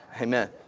Amen